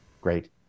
Great